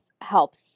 helps